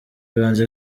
banze